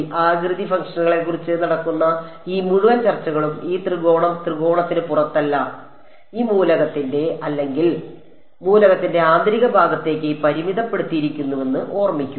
ആകൃതി ഫംഗ്ഷനുകളെക്കുറിച്ച് നടക്കുന്ന ഈ മുഴുവൻ ചർച്ചകളും ഈ ത്രികോണം ത്രികോണത്തിന് പുറത്തല്ല ഈ മൂലകത്തിന്റെ അല്ലെങ്കിൽ മൂലകത്തിന്റെ ആന്തരിക ഭാഗത്തേക്ക് പരിമിതപ്പെടുത്തിയിരിക്കുന്നുവെന്ന് ഓർമ്മിക്കുക